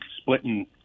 splitting